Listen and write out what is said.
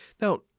Now